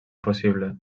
possible